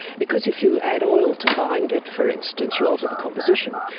because if you add oil to bind it, for instance, you alter the composition,